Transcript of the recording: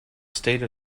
state